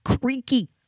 creaky